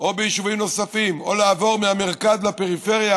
או ביישובים נוספים או לעבור מהמרכז לפריפריה,